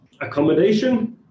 accommodation